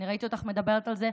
אני ראיתי אותך מדברת על זה,